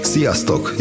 Sziasztok